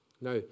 Now